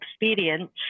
experience